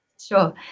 Sure